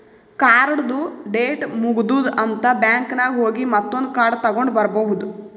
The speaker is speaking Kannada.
ಕಾರ್ಡ್ದು ಡೇಟ್ ಮುಗದೂದ್ ಅಂತ್ ಬ್ಯಾಂಕ್ ನಾಗ್ ಹೋಗಿ ಮತ್ತೊಂದ್ ಕಾರ್ಡ್ ತಗೊಂಡ್ ಬರ್ಬಹುದ್